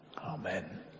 Amen